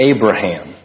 Abraham